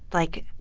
like,